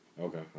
Okay